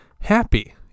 happy